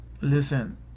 Listen